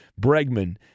Bregman